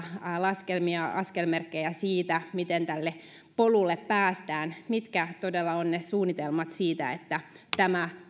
laskelmia askelmerkkejä siitä miten tälle polulle päästään mitä todella ovat ne suunnitelmat siitä että tämä